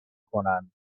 کنند